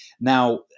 Now